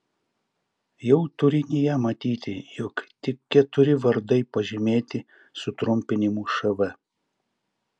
jau turinyje matyti jog tik keturi vardai pažymėti sutrumpinimu šv